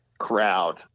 crowd